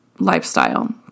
lifestyle